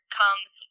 comes